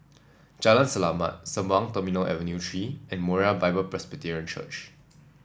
Jalan Selamat Sembawang Terminal Avenue Three and Moriah Bible Presby Church